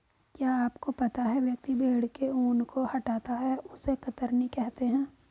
क्या आपको पता है व्यक्ति भेड़ के ऊन को हटाता है उसे कतरनी कहते है?